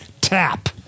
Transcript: tap